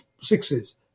sixes